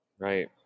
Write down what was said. Right